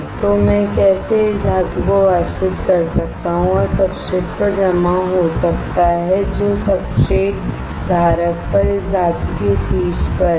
तो मैं कैसे इस धातु को वाष्पित कर सकता हूं और सब्सट्रेट पर जमा हो सकता है जो सब्सट्रेट धारक पर इस धातु के शीर्ष पर है